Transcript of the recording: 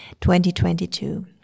2022